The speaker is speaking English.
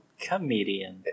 comedian